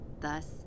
Thus